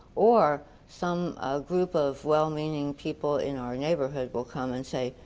or some group of well-meaning people in our neighborhood will come and say,